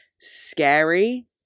scary